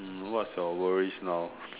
hmm what's your worries now